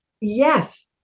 Yes